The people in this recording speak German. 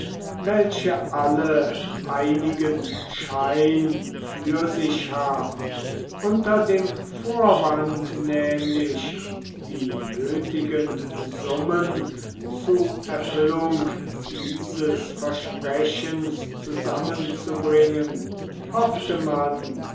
welche alle einigen schein für sich haben unter dem vorwand nämlich die nöthigen summen zu erfüllung dieses versprechens zusammenzubringen hoffte man